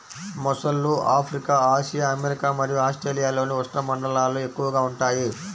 మొసళ్ళు Africa, Asia, America మరియు ఆస్ట్రేలియాలోని ఉష్ణమండలాల్లో ఎక్కువగా ఉంటాయి